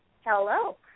Hello